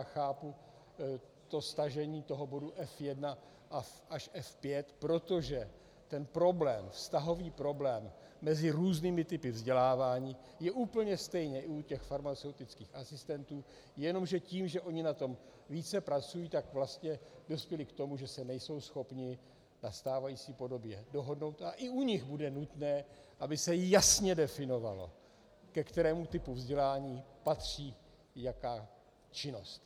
Chápu stažení bodů F1 až F5, protože vztahový problém mezi různými typy vzdělávání je úplně stejně i u těch farmaceutických asistentů, jenomže tím, že oni na tom více pracují, tak vlastně dospěli k tomu, že se nejsou schopni na stávající podobě dohodnout, a i u nich bude nutné, aby se jasně definovalo, ke kterému typu vzdělání patří jaká činnost.